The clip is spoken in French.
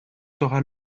sera